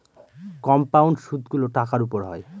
compound সুদগুলো টাকার উপর হয়